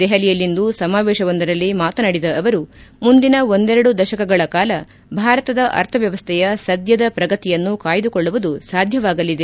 ದೆಹಲಿಯಲ್ಲಿಂದು ಸಮಾವೇಶವೊಂದರಲ್ಲಿ ಮಾತನಾಡಿದ ಅವರು ಮುಂದಿನ ಒಂದೆರಡು ದಶಕಗಳ ಕಾಲ ಭಾರತದ ಅರ್ಥ ವ್ಯವಸ್ಥೆಯ ಸದ್ದದ ಪ್ರಗತಿಯನ್ನು ಕಾಯ್ದುಕೊಳ್ಳುವುದು ಸಾಧ್ಯವಾಗಲಿದೆ